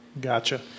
gotcha